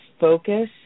focus